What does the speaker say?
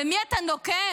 במי אתה נוקם?